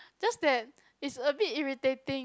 just that it's a bit irritating